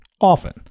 often